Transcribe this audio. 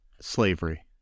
slavery